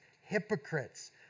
hypocrites